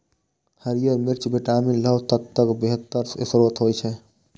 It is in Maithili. हरियर मिर्च विटामिन, लौह तत्वक बेहतर स्रोत होइ छै